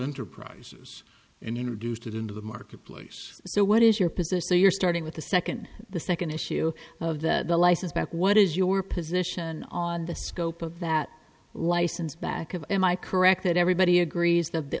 enterprises and introduced it into the marketplace so what is your position you're starting with the second the second issue of the license back what is your position on the scope of that license back of am i correct that everybody agrees th